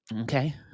okay